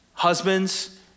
Husbands